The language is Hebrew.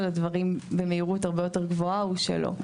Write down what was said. הדברים במהירות הרבה יותר גבוהה הוא שלו.